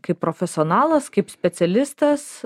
kaip profesionalas kaip specialistas